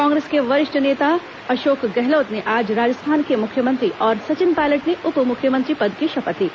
कांग्रेस के वरिष्ठ नेता अशोक गहलोत ने आज राजस्थान के मुख्यमंत्री और सचिन पायलट ने उप मुख्यमंत्री पद की शपथ ली